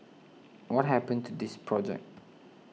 what happened to this project